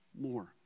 more